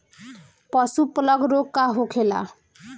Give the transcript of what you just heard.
पशु प्लग रोग का होखेला?